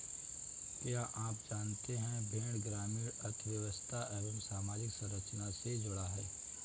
क्या आप जानते है भेड़ ग्रामीण अर्थव्यस्था एवं सामाजिक संरचना से जुड़ा है?